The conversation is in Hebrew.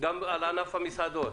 על ענף המסעדות.